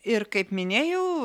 ir kaip minėjau